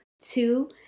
two